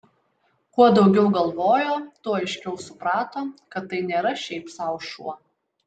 kuo daugiau galvojo tuo aiškiau suprato kad tai nėra šiaip sau šuo